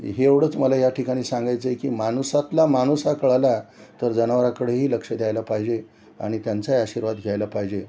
हे एवढंच मला या ठिकाणी सांगायचं आहे की माणुसातला माणूस हा कळला तर जनावराकडेही लक्ष द्यायला पाहिजे आणि त्यांचाही आशीर्वाद घ्यायला पाहिजे